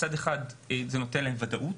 מצד אחד זה נותן להם ודאות.